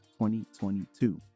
2022